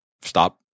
stop